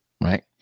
right